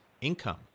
income